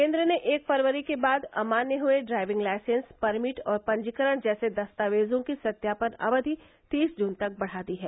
केन्द्र ने एक फरवरी के बाद अमान्य हए ड्राइविंग लाइसेंस परमिट और पंजीकरण जैसे दस्तावेजों की सत्यापन अवधि तीस जून तक बढ़ा दी है